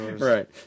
Right